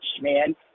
man